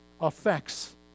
affects